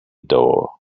door